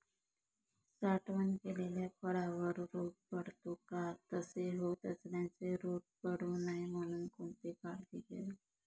साठवण केलेल्या फळावर रोग पडतो का? तसे होत असल्यास रोग पडू नये म्हणून कोणती काळजी घ्यावी?